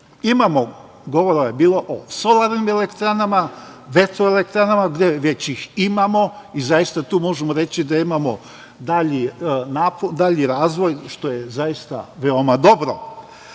Govora je bilo o solarnim elektranama, vetroelektranama, već ih imamo i tu zaista možemo reći da imamo dalji razvoj, što je zaista veoma dobro. Ali